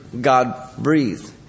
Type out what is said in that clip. God-breathed